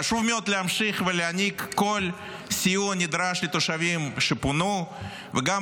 חשוב מאוד להמשיך ולהעניק כל סיוע הנדרש לתושבים שפונו מביתם,